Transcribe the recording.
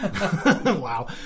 Wow